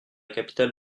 capitale